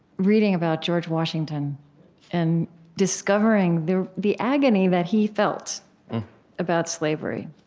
reading about george washington and discovering the the agony that he felt about slavery